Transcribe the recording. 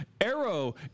Arrow